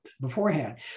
beforehand